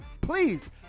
please